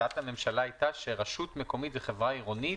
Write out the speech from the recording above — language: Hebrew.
הצעת הממשלה הייתה שרשות מקומית וחברה עירונית